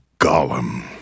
Gollum